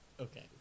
Okay